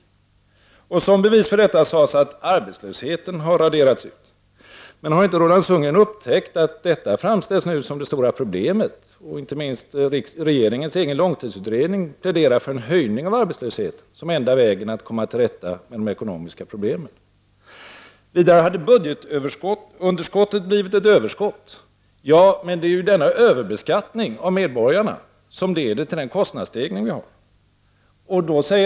Som bevis för detta sades att arbetslösheten har raderats ut. Men har inte Roland Sundgren upptäckt att detta nu framställs som det stora problemet och att inte minst regeringens långtidsutredning pläderar för en höjning av arbetslösheten som den enda vägen att komma till rätta med de ekonomiska problemen? Vidare sades att budgetunderskottet hade blivit ett överskott. Ja, men det är denna överbeskattning av medborgarna som leder till den kostnadsstegring som vi har i dag.